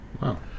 Wow